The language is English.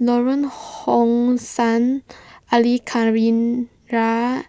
Lorong How Sun Al Khairiah